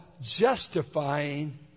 justifying